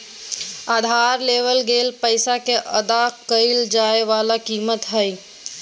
उधार लेवल गेल पैसा के अदा कइल जाय वला कीमत हइ